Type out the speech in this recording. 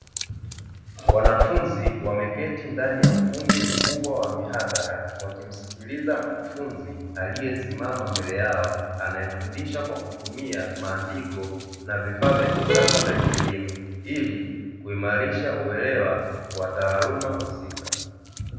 Wanafunzi wameketi ndani ya ukumbi mkubwa wa mihadhara, wakimsikiliza mkufunzi aliyesimama mbele yao, anayefundisha kwa kutumia maandiko na vifaa vya kisasa vya kielimu, ili kuimarisha uelewa wa taaluma husika.